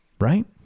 right